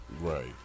Right